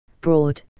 broad